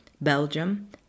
Belgium